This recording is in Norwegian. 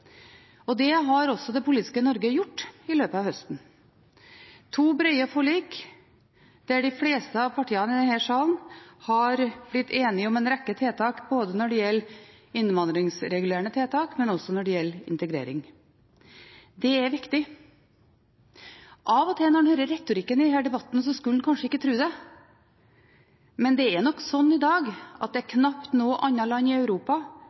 og integreringspolitikken. Det har også det politiske Norge gjort i løpet av høsten. Det er to brede forlik, der de fleste av partiene i denne salen har blitt enige om en rekke tiltak når det gjelder innvandringsregulerende tiltak, men også integrering. Det er viktig. Av og til, når man hører retorikken i denne debatten, skulle man kanskje ikke tro det, men det er nok slik i dag at det knapt er noe annet land i Europa